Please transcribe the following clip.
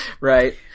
right